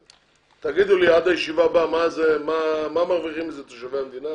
תגידו לי עד הישיבה הבאה מה מרוויחים מזה תושבי המדינה,